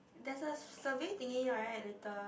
there's a survey thingy right later